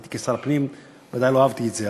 אני כשר הפנים בוודאי לא אהבתי את זה,